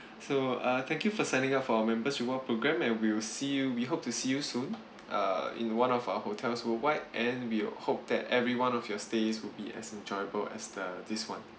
so uh thank you for signing up for our members reward programme and we'll see you we hope to see you soon uh in one of our hotels worldwide and we'll hope that every one of your stays would be as enjoyable as the this one